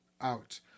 out